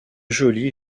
joly